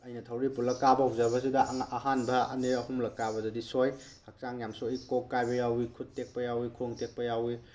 ꯑꯩꯅ ꯊꯧꯔꯤ ꯄꯨꯜꯂꯒ ꯀꯥꯕ ꯍꯧꯖꯕꯁꯤꯗ ꯑꯍꯥꯟꯕ ꯑꯅꯤꯔꯛ ꯑꯍꯨꯝꯂꯛ ꯀꯥꯕꯗꯗꯤ ꯁꯣꯏ ꯍꯛꯆꯥꯡ ꯌꯥꯝ ꯁꯣꯛꯏ ꯀꯣꯛ ꯀꯥꯏꯕ ꯌꯥꯎꯏ ꯈꯨꯠ ꯇꯦꯛꯄ ꯌꯥꯎꯏ ꯈꯣꯡ ꯇꯦꯛꯄ ꯌꯥꯎꯏ